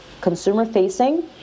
consumer-facing